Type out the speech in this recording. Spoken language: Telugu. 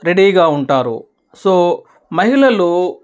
రెడీగా ఉంటారు సో మహిళలు